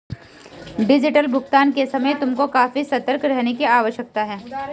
digital भुगतान के समय तुमको काफी सतर्क रहने की आवश्यकता है